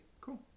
cool